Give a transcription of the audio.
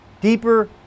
deeper